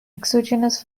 exogenous